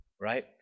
Right